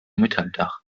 metalldach